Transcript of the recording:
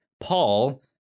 Paul